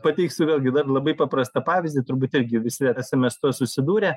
pateiksiu vėlgi dar labai paprastą pavyzdį turbūt irgi visi esame su tuo susidūrę